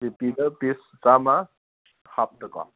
ꯕꯤꯄꯤꯗ ꯄꯤꯁ ꯆꯥꯝꯃꯥ ꯍꯥꯞꯇꯀꯣ